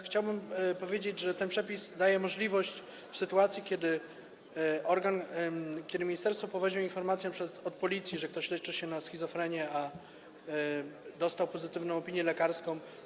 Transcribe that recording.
Chciałbym powiedzieć, że ten przepis daje możliwość w sytuacji, kiedy organ, kiedy ministerstwo poweźmie informację np. od Policji, że ktoś leczy się na schizofrenię, a dostał pozytywną opinię lekarską.